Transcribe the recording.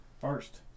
First